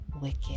wicked